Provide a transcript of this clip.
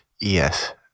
Yes